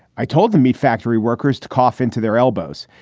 i told them me factory workers to cough into their elbows.